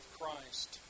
Christ